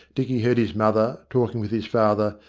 dicky heard his mother, talking with his father,